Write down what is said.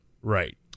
right